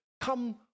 come